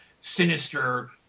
sinister